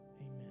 Amen